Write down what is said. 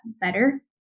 better